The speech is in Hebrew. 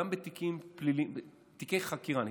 בתיקי חקירה.